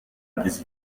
igize